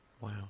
Wow